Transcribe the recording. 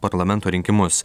parlamento rinkimus